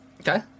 okay